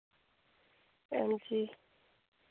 हांजी